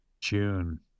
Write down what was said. june